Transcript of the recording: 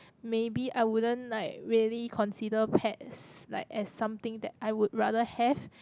maybe I wouldn't like really consider pets like as something that I would rather have